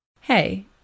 Hey